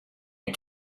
and